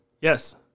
Yes